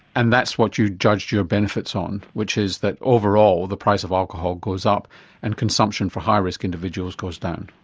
and that's what you've judged your benefits on, which is that overall the price of alcohol goes up and consumption for high risk individuals goes down?